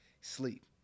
sleep